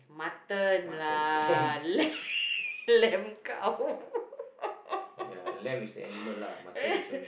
it's mutton lah lamb lamb kau